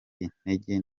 intege